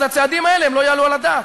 אז הצעדים האלה הם לא יעלו על הדעת,